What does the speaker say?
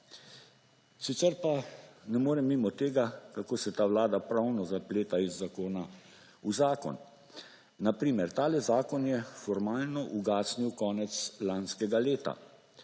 Sicer pa ne morem mimo tega, kako se ta vlada pravno zapleta iz zakona v zakon. Na primer, ta zakon je formalno ugasnil konec lanskega leta.